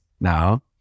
now